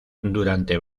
durante